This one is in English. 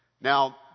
Now